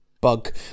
bug